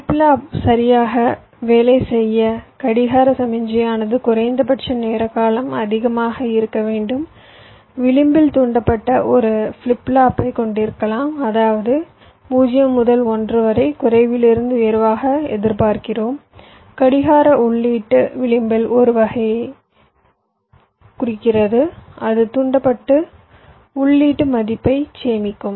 flip flop சரியாக வேலை செய்ய கடிகார சமிக்ஞையானது குறைந்தபட்ச நேர காலம் அதிகமாக இருக்க வேண்டும் விளிம்பில் தூண்டப்பட்ட ஒரு ஃபிளிப் ஃப்ளாப்பைக் கொண்டிருக்கலாம் அதாவது 0 முதல் 1 வரை குறைவிலிருந்து உயர்வாக எதிர்பார்க்கிறோம் கடிகார உள்ளீட்டு விளிம்பில் வருவதைக் குறிக்கிறது அது தூண்டப்பட்டு உள்ளீட்டு மதிப்பைச் சேமிக்கும்